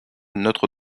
notre